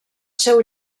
seu